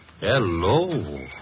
Hello